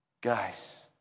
Guys